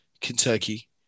Kentucky